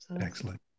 Excellent